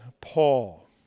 Paul